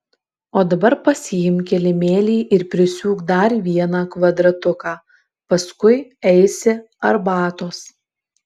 o dabar pasiimk kilimėlį ir prisiūk dar vieną kvadratuką paskui eisi arbatos